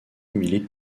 milite